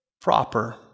proper